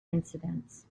incidents